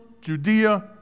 Judea